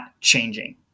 changing